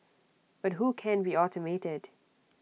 but who can be automated